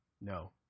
No